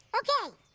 okay.